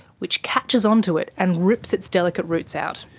which catches onto it and rips its delicate roots out.